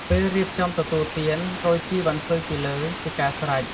ពេលរៀបចំទទួលទាន រោយជីរវ៉ាន់ស៊ុយពីលើជាការស្រេច។